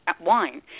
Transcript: wine